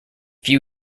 few